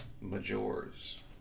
Major's